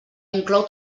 inclou